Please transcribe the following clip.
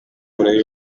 kure